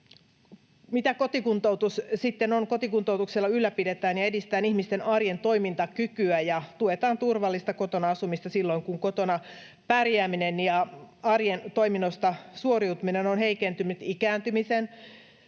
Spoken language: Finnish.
Mitä kotikuntoutus sitten on? Kotikuntoutuksella ylläpidetään ja edistetään ihmisten arjen toimintakykyä ja tuetaan turvallista kotona asumista silloin, kun kotona pärjääminen ja arjen toiminnoista suoriutuminen on heikentynyt ikääntymisen